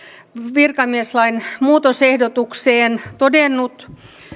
virkamieslain muutos ehdotukseen todennut